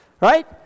Right